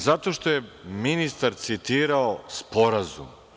Zato što je ministar citirao sporazum.